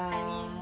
I mean